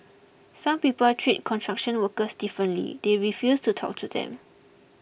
some people treat construction workers differently they refuse to talk to them